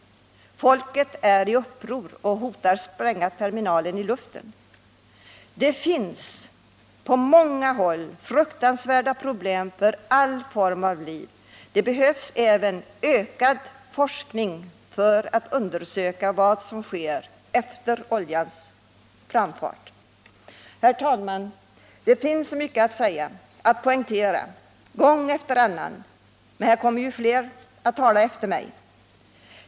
: Folket är i uppror och hotar spränga terminalen i luften. Det finns på många håll fruktansvärda problem för all form av liv. Det behövs även ökad forskning för att undersöka vad som sker efter oljans framfart. Herr talman! Det finns så mycket att säga, att poängtera, gång på gång, men här kommer ju fler att tala efter mig.